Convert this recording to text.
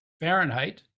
Fahrenheit